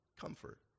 comfort